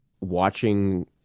watching